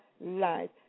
life